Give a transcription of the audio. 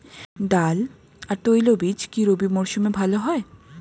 ডাল আর তৈলবীজ কি রবি মরশুমে ভালো হয়?